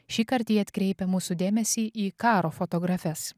šįkart ji atkreipia mūsų dėmesį į karo fotografes